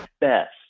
best